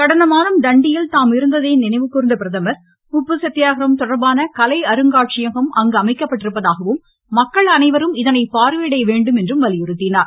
கடந்த மாதம் தண்டியில் தாம் இருந்ததை நினைவுகூர்ந்த பிரதமர் உப்பு சத்தியாகிரகம் தொடர்பான கலை அருங்காட்சியகம் அங்கு அமைக்கப்பட்டுள்ளதாகவும் மக்கள் அனைவரும் இதனை பார்வையிட வேண்டும் என்றும் வலியுறுத்தினார்